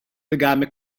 legame